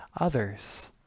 others